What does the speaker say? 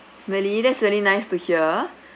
really that's really nice to hear